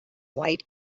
white